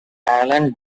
allen